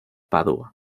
padua